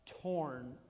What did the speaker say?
torn